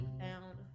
found